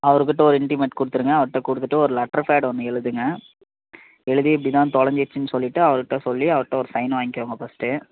அவர் கிட்டே ஒரு இன்டிமென்ட் கொடுத்துடுங்க அவருகிட்ட கொடுத்துட்டு ஒரு லெட்டர் பேட் ஒன்று எழுதுங்க எழுதி இப்படி தான் தொலைஞ்சிடுச்சின்னு சொல்லிவிட்டு அவருகிட்ட சொல்லி அவருகிட்ட ஒரு சைன் வாங்கிக்கோங்க ஃபர்ஸ்ட்டு